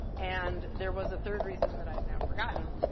and there was a third reason that i've now forgotten.